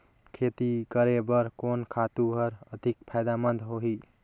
खेती करे बर कोन खातु हर अधिक फायदामंद होही?